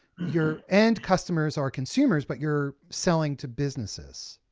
your end customers are consumers, but you're selling to businesses.